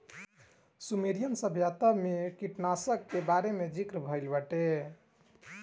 Sumerian सभ्यता में भी कीटनाशकन के बारे में ज़िकर भइल बाटे